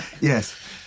Yes